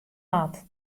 moat